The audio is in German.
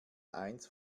eins